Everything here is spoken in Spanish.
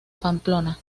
pamplona